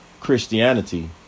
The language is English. Christianity